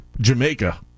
Jamaica